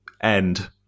end